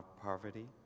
poverty